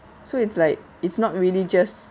so it's like it's not really just